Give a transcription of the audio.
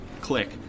click